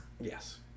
yes